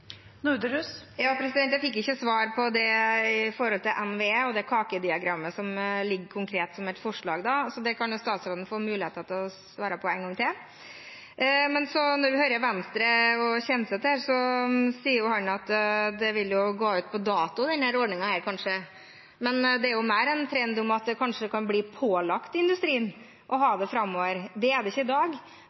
Jeg fikk ikke svar på det med NVE og kakediagrammet, som ligger konkret som et forslag, så det kan statsråden få mulighet til å svare på en gang til. Når vi hører Venstre og Kjenseth, sier han at denne ordningen kanskje vil gå ut på dato. Men det er mer en trend at det kanskje kan bli pålagt industrien å ha det framover. Det er det ikke i dag.